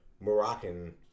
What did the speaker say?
Moroccan